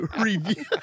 review